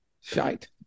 shite